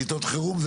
אנחנו בנחיתות חירום,